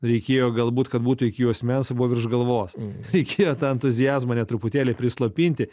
reikėjo galbūt kad būtų iki juosmens ir buvo virš galvos reikėjo tą entuziazmą net truputėlį prislopinti